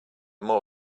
more